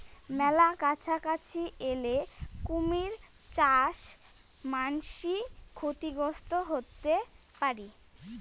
মেলা কাছাকাছি এলে কুমীর চাস মান্সী ক্ষতিগ্রস্ত হতে পারি